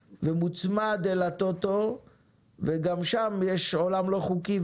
ומוצמד אל הטוטו וגם שם יש עולם לא חוקי.